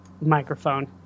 microphone